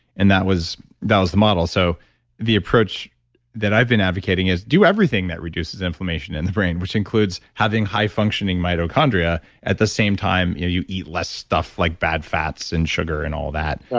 and that was that was the model. so the approach that i've been advocating is do everything that reduces inflammation in the brain. which includes having high functioning mitochondria at the same time you know you eat less stuff like bad fats and sugar and all that.